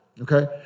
okay